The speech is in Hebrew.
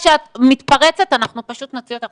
אפרופו דיון של חינוך צריך לחנך את הציבור להתנהג נכון.